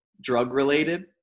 drug-related